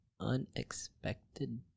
unexpected